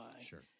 Sure